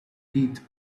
teeth